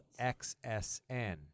XSN